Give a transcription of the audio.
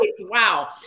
Wow